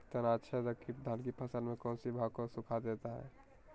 तनाछदेक किट धान की फसल के कौन सी भाग को सुखा देता है?